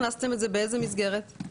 באיזו מסגרת הכנסתם את זה?